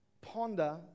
ponder